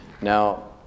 Now